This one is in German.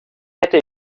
hätte